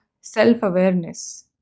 self-awareness